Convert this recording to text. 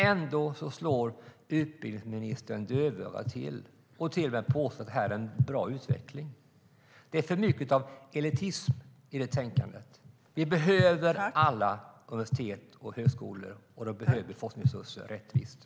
Ändå slår utbildningsministern dövörat till och påstår till och med att det här är en bra utveckling. Det är för mycket av elitism i det tänkandet. Vi behöver alla universitet och högskolor, och de behöver rättvist fördelade forskningsresurser.